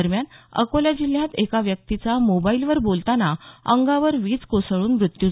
दरम्यान अकोला जिल्ह्यात एका व्यक्तीचा मोबाईलवर बोलताना अंगावर वीज कोसळून मृत्यू झाला